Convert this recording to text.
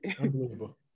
Unbelievable